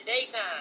daytime